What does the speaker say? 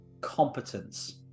competence